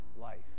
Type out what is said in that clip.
life